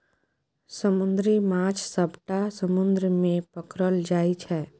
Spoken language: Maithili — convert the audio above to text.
समुद्री माछ सबटा समुद्र मे पकरल जाइ छै